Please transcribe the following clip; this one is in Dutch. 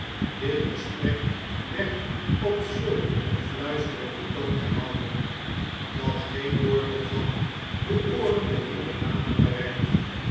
uit gesprek werd op zulk een fluisterenden toon gehouden dat geen woord er van de ooren der jonge dame bereikte